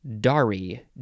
Dari